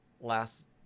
last